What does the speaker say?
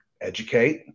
Educate